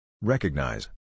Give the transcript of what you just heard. Recognize